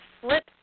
flip